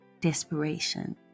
Desperation